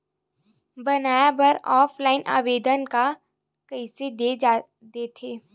बनाये बर ऑफलाइन आवेदन का कइसे दे थे?